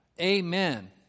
Amen